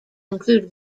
include